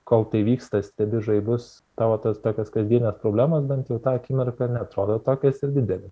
kol tai vyksta stebi žaibus tavo tos tokios kasdienės problemos bent jau tą akimirką neatrodo tokios ir didelės